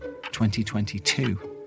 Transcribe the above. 2022